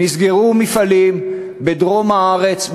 נסגרו מפעלים בדרום הארץ,